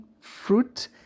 fruit